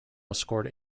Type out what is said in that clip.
scored